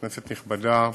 כנסת נכבדה,